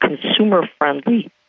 consumer-friendly